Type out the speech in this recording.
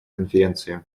конференции